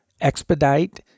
expedite